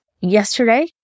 yesterday